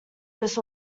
this